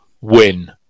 win